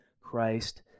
Christ